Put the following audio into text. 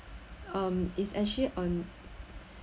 um it's actually on